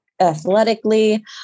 athletically